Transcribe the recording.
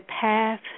path